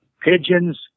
pigeons